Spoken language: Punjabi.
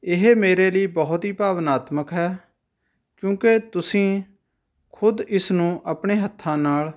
ਇਹ ਮੇਰੇ ਲਈ ਬਹੁਤ ਹੀ ਭਾਵਨਾਤਮਕ ਹੈ ਕਿਉਂਕਿ ਤੁਸੀਂ ਖੁਦ ਇਸ ਨੂੰ ਆਪਣੇ ਹੱਥਾਂ ਨਾਲ